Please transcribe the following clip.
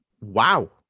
Wow